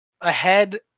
ahead